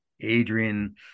Adrian